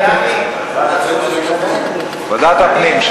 הצעה להעביר לוועדת הפנים, המציעים מסכימים?